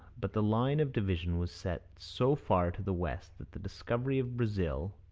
but the line of division was set so far to the west that the discovery of brazil,